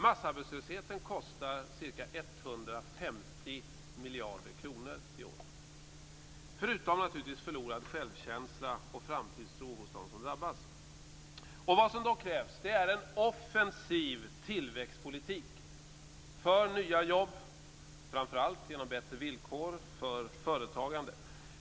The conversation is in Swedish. Massarbetslösheten kostar ca 150 miljarder kronor i år, förutom naturligtvis förlorad självkänsla och framtidstro hos dem som drabbas. Vad som krävs är en offensiv tillväxtpolitik för nya jobb, framför allt genom bättre villkor för företagande.